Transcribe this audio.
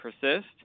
persist